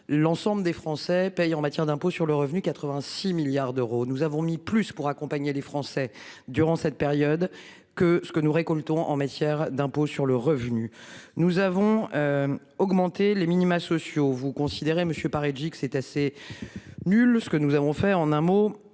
l'ensemble des Français payent en matière d'impôt sur le revenu, 86 milliards d'euros. Nous avons mis plus pour accompagner les Français durant cette période que ce que nous récoltons en matière d'impôt sur le revenu. Nous avons. Augmenté les minima sociaux vous considérez Monsieur pas Reljic c'est assez. Nul ce que nous avons fait en un mot,